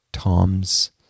Tom's